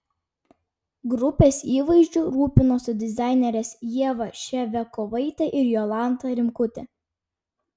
grupės įvaizdžiu rūpinosi dizainerės ieva ševiakovaitė ir jolanta rimkutė